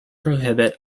prohibit